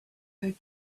her